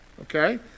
Okay